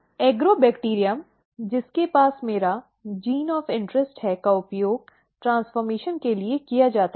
agrobacterium जिसके पास मेरा जीन ऑफ इंटरेस्ट है का उपयोग ट्रेन्स्फ़र्मेशन के लिए किया जाता है